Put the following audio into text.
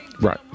Right